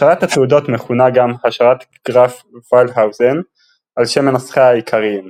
השערת התעודות מכונה גם "השערת גרף-ולהאוזן" על שם מנסחיה העיקריים,